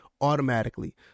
automatically